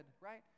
Right